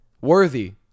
Worthy